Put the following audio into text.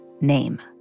name